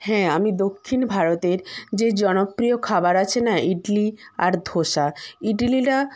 হ্যাঁ আমি দক্ষিণ ভারতের যে জনপ্রিয় খাবার আছে না ইডলি আর ধোসা ইডলিটা